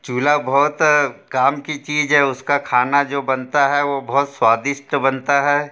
चूल्हा बहुत काम की चीज़ है उसका खाना जो बनता है वो बहुत स्वादिष्ट बनता है